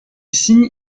signe